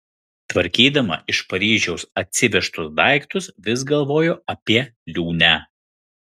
tvarkydama iš paryžiaus atsivežtus daiktus vis galvojo apie liūnę